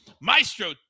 Maestro